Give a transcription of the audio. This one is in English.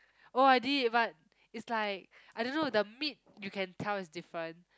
oh I did but it's like I don't know the meat you can tell is different